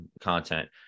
content